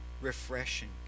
refreshing